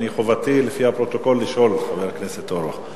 חובתי לפי הפרוטוקול לשאול, חבר הכנסת אורבך.